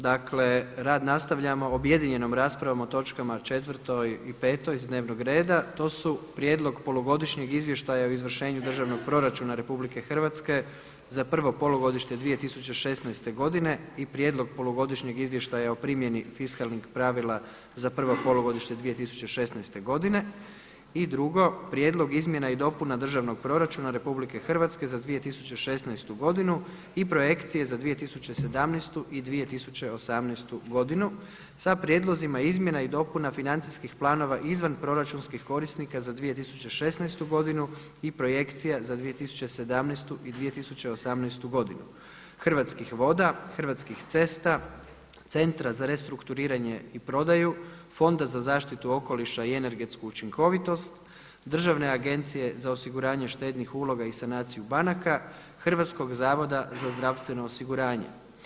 Dakle rad nastavljamo objedinjenom raspravom o točkama 4. i 5. iz dnevnog reda, to su: 4. Prijedlog polugodišnjeg izvještaja o izvršenju Državnog proračuna RH za prvo polugodište 2016. godine i Prijedlog polugodišnjeg izvještaja o primjeni fiskalnih pravila za prvo polugodište 2016. godine i drugo 4. Prijedlog izmjena i dopuna Državnog proračuna RH za 2016. godinu i projekciju za 2017. i 2018. godinu sa prijedlozima izmjena i dopuna Financijskih planova izvanproračunskih korisnika za 2016. godinu i projekcija za 2017. i 2018. godinu Hrvatskih voda, Hrvatskih cesta, Centra za restrukturiranje i prodaju, Fonda za zaštitu okoliša i energetsku učinkovitost, Državne agencije za osiguranje štednih uloga i sanaciju banaka, Hrvatskog zavoda za zdravstveno osiguranje.